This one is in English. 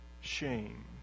shame